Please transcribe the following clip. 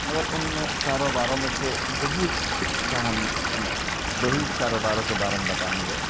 مگر ان میں کاروباروں میں سے دو ہی کا ہم دو ہی کاروباروں کے بارے میں بتائیں گے